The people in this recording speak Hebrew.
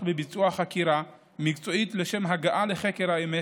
בביצוע חקירה מקצועית לשם הגעה לחקר האמת,